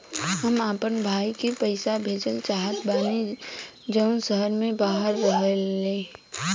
हम अपना भाई के पइसा भेजल चाहत बानी जउन शहर से बाहर रहेला